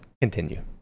continue